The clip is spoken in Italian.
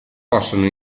possono